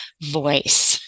voice